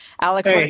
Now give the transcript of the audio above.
Alex